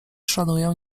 szanują